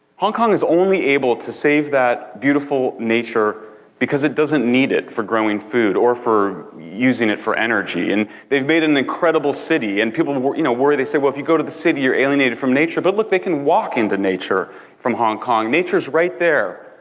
hong kong is only able to save that beautiful nature because it doesn't need it for growing food or for using it for energy. and they've made an incredible city, and people and worry, you know, they say well, if you go to the city you're alienated from nature, but look! they can walk into nature from hong kong. nature's right there.